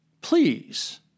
Please